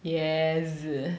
yes